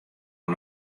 oan